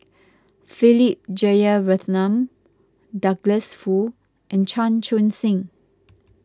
Philip Jeyaretnam Douglas Foo and Chan Chun Sing